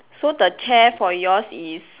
so the chair for yours is